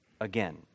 again